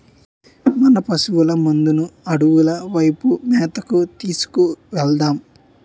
మన పశువుల మందను అడవుల వైపు మేతకు తీసుకు వెలదాం